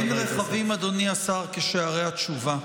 אדוני השר, אין רחבים כשערי התשובה.